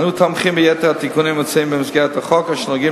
אנו תומכים ביתר התיקונים המוצעים במסגרת החוק אשר נוגעים